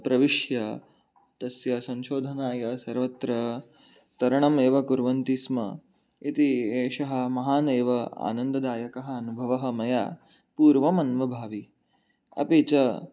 प्रविश्य तस्य संशोधनाय सर्वत्र तरणमेव कुर्वन्ति स्म इति एषः महान् एव आनन्ददायकः अनुभवः मया पूर्वम् अन्वभावि अपि च